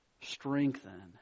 Strengthen